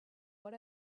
what